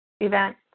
event